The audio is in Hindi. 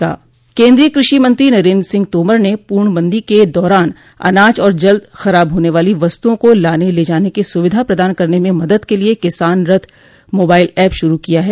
केन्द्रीय कृषि मंत्री नरेंद्र सिंह तोमर ने पूर्णबंदी के दौरान अनाज और जल्द खराब होने वाली वस्तुओ को लाने ले जाने की सुविधा प्रदान करने में मदद के लिए किसान रथ मोबाइल ऐप शुरू किया है